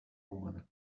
woman